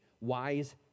wise